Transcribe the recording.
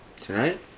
Tonight